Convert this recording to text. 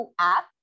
app